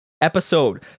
episode